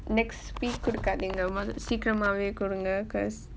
next week regarding கொடுக்காதீங்க சிக்கிரமாவே கொடுங்க:kodukaathinga sikkiramaave kodunga because